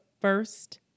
first